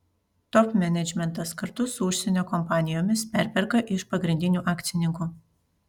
top menedžmentas kartu su užsienio kompanijomis perperka iš pagrindinių akcininkų